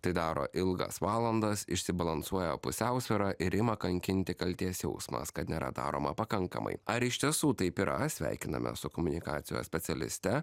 tai daro ilgas valandas išsibalansuoja pusiausvyrą ir ima kankinti kaltės jausmas kad nėra daroma pakankamai ar iš tiesų taip yra sveikinamės su komunikacijos specialiste